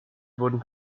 wurden